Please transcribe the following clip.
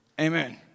Amen